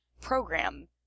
program